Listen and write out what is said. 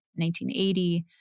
1980